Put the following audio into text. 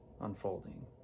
unfolding